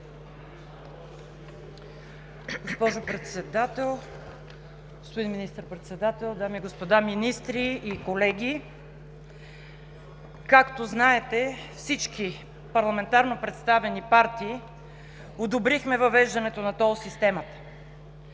Госпожо Председател, господин Министър-председател, дами и господа министри и колеги! Както знаете, всички парламентарно представени партии одобрихме въвеждането на тол системата.